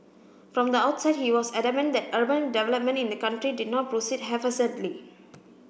from the outset he was adamant that urban development in the country did not proceed haphazardly